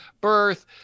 birth